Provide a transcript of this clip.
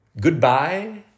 Goodbye